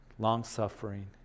long-suffering